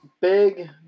big